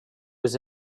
was